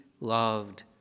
loved